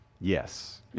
Yes